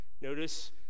Notice